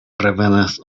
revenas